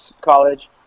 college